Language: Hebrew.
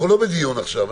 אנחנו לא בדיון עכשיו.